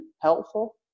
helpful